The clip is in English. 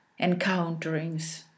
encounterings